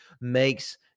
makes